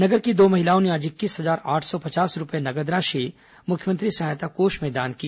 नगर की दो महिलाओं ने आज इक्कीस हजार आठ सौ पचास रूपए नगद राशि मुख्यमंत्री सहायता कोष में दान की